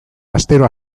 astero